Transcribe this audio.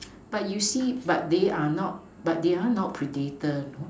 but you see but they are not but they are not predator you know